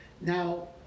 Now